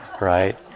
right